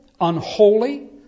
unholy